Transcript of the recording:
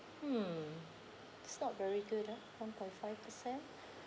hmm it's not very good ah one point five percent